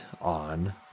on